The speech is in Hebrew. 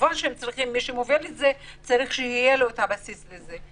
כמובן מי שמוביל את זה צריך שיהיה לו את הבסיס לזה.